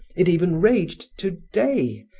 it even raged today,